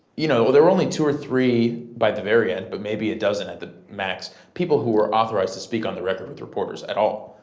you know there were only two or three by the very end but maybe it doesn't have the max, people who were authorized to speak on the record with reporters at all.